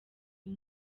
uyu